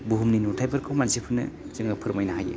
बुहुमनि नुथाइफोरखौ मानसिफोरनो जोङो फोरमायनो हायो